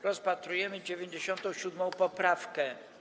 Rozpatrujemy 97. poprawkę.